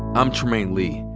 i'm trymaine lee.